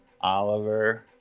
Oliver